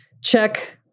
check